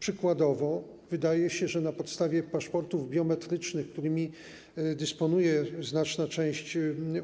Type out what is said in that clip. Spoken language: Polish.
Przykładowo wydaje się, że na podstawie paszportów biometrycznych, którymi dysponuje znaczna część